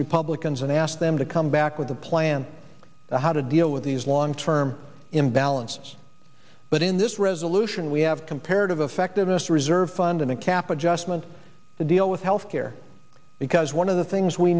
republicans and ask them to come back with a plan of how to deal with these long term imbalance but in this resolution we have comparative effectiveness reserve fund in a capitalist meant to deal with health care because one of the things we